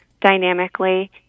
dynamically